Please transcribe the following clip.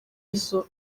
izo